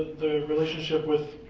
the relationship with